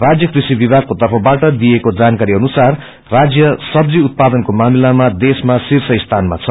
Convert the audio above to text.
राज्य कृषि विषागको तर्फबाट दिइएका जानकारी अनुसार राष्य सब्जी उत्पादनको मामिलामा देशमा शीर्ष स्थानमा छ